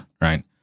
right